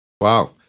Wow